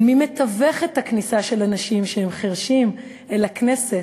של מי שמתווך את הכניסה של אנשים שהם חירשים אל הכנסת.